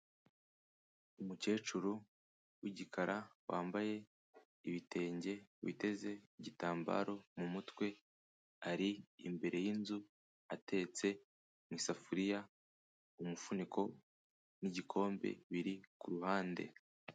Umukecuru w'igikara wambaye ibitenge witeze igitambaro mu mutwe, ari imbere y'inzu atetse mu isafuriya umufuniko n'igikombe biri ku ruhande.